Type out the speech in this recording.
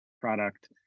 product